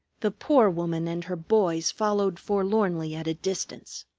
the poor woman and her boys followed forlornly at a distance.